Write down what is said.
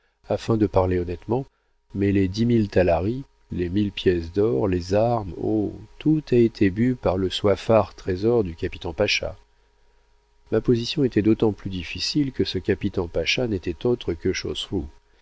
afin de parler honnêtement mais les dix mille talari les mille pièces d'or les armes oh tout a été bu par le soifard trésor du capitan pacha ma position était d'autant plus difficile que ce capitan pacha n'était autre que